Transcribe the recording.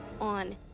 on